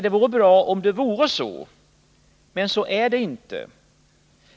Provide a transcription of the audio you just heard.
Det vore bra om det vore så, men så är det inte.